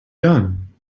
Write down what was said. done